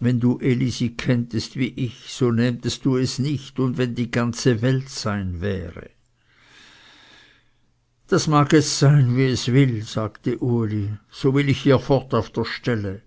wenn du elisi kenntest wie ich so nähmtest du es nicht und wenn die ganze welt sein wäre das mag jetzt sein wie es will sagte uli so will ich hier fort auf der stelle